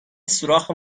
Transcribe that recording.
سوراخ